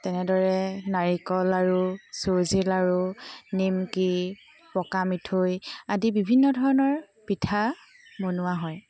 তেনেদৰে নাৰিকল আৰু চুজি লাড়ু নিমকি পকামিঠৈ আদি বিভিন্ন ধৰণৰ পিঠা বনোৱা হয়